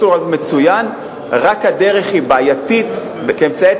הצעת חוק בעניין ביטול נציב הדורות הבאים.